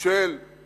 מס של 50%,